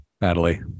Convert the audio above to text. Natalie